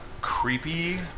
creepy